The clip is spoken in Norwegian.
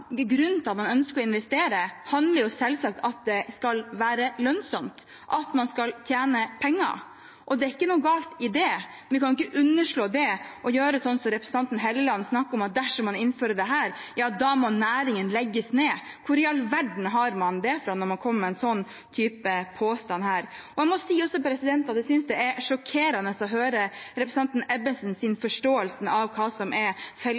grunnen til at man ønsker å investere, selvsagt er at det skal være lønnsomt, at man skal tjene penger, og det er ikke noe galt i det. Men vi kan ikke underslå det og gjøre som representanten Hofstad Helleland snakket om, at dersom man innfører dette, må næringen legges ned. Hvor i all verden har man det fra, når man kommer med en sånn type påstand her? Jeg må også si jeg synes det er sjokkerende å høre representanten Ebbesens forståelse av hva som er